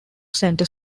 center